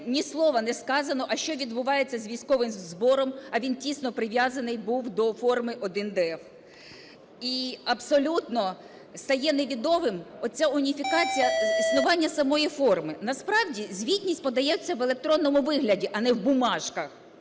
ні слова не сказано а що відбувається з військовим збором, а він тісно прив’язаний був до форми №1ДФ. І абсолютно стає невідомим оця уніфікація існування самої форми. Насправді звітність подається в електронному вигляді, а не в бумажках.